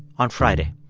on friday